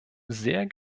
sehr